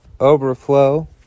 overflow